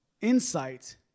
insight